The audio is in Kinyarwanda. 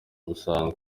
busanzwe